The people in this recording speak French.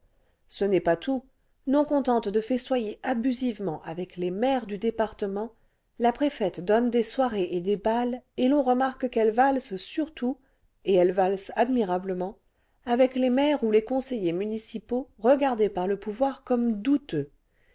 ce n'est pas tout non contente de festoyer abusivement avec les maires du département la préfète donne des soirées et des bals et l'on remarque qu'elle valse surtout et elle valse admirablement avec les maires ou les conseillers municipaux regardés par le pouvoir çemme douteux